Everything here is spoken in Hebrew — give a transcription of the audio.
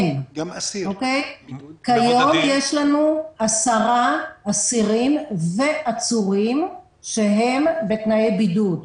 יש לנו 10 אסירים ועצורים בתנאי בידוד.